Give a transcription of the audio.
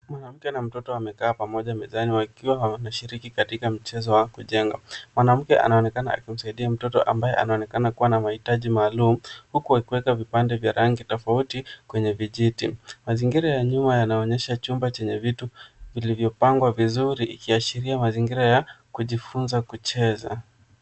Mwanamke na mtoto wamekaa pamoja mezani wakiwa wanashiriki katika mchezo wa kujenga. Mwanamke anaonekana akimsaidia mtoto ambaye anaonekana kuwa na mahitaji maalum, huku akiweka vipande vya rangi tofauti kwenye vijiti. Mazingira ya nyuma yanaonyesha chumba chenye vitu vilivyopangwa vizuri, ikiashiria mazingira ya kujifunza kucheza.